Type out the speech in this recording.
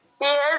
yes